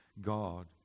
God